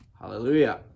Hallelujah